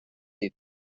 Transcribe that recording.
llit